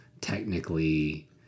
technically